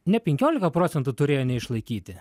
ne penkiolika procentų turėjo neišlaikyti